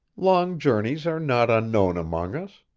long journeys are not unknown among us.